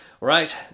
Right